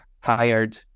hired